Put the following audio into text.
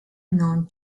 known